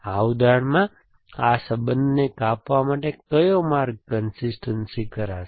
આ ઉદાહરણમાં આ સંબંધને કાપવા માટે કયો માર્ગ કન્સિસ્ટનસી કરાશે